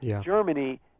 Germany